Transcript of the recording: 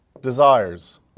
desires